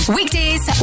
Weekdays